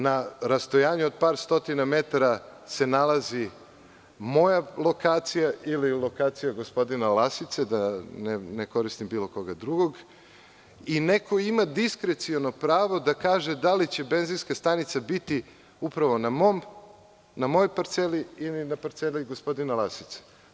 Na rastojanju od par stotina metara se nalazi moja lokacija ili lokacija gospodina Lasice, da ne koristim bilo koga drugog, i neko ima diskreciono pravo da kaže da li će benzinska stanica biti upravo na mojoj parceli ili na parceli gospodina Lasice.